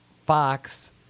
Fox